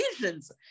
visions